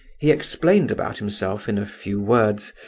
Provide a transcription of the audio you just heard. he explained about himself in a few words,